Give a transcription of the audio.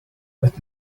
that